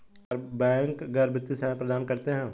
क्या बैंक गैर वित्तीय सेवाएं प्रदान करते हैं?